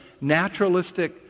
naturalistic